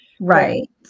Right